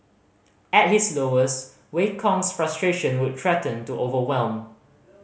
at his lowest Wei Kong's frustration would threaten to overwhelm